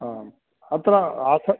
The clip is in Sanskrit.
आम् अत्र आस